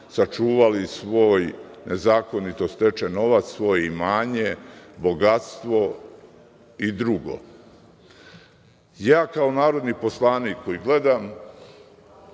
sačuvali svoj nezakonito stečen novac, svoje imanje, bogatstvo i drugo. Kao narodni poslanik koji gledam